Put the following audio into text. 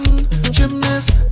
Gymnast